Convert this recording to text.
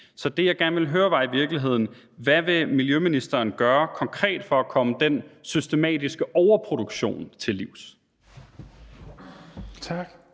Så det, som jeg gerne ville høre, var i virkeligheden: Hvad vil miljøministeren konkret gøre for at komme den systematiske overproduktion til livs?